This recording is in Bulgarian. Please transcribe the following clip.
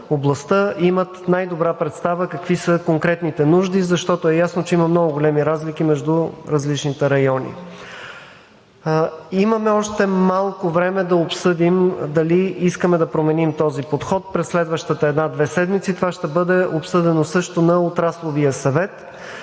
областта, имат най-добра представа какви са конкретните нужди, защото е ясно, че има много големи разлики между различните райони. Имаме още малко време да обсъдим дали искаме да променим този подход през следващата 1 – 2 седмици. Това ще бъде обсъдено също на Отрасловия съвет.